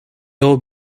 old